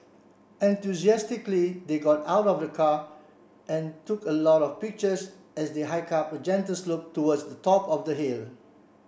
they got out of the car and took a lot of pictures as they hike up a gentle slope towards the top of the hill